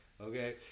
okay